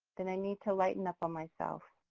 then i need to lighten up on myself.